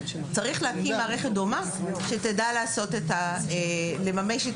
צריך להקים מערכת דומה שתדע לממש את